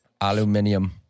Aluminium